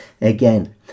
Again